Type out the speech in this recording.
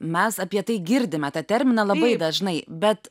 mes apie tai girdime tą terminą labai dažnai bet